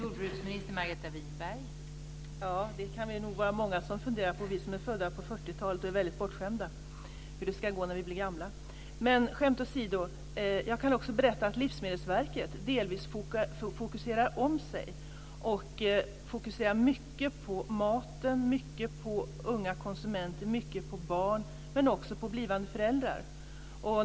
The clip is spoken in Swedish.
Fru talman! Det kan vi nog vara många som funderar på bland oss som är födda på 40-talet och är väldigt bortskämda, alltså hur det ska gå när vi blir gamla. Men skämt åsido kan jag också berätta att Livsmedelsverket delvis fokuserar om sig. De fokuserar mycket på maten, mycket på unga konsumenter och mycket på barn. Men de fokuserar också mycket på blivande föräldrar.